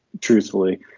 truthfully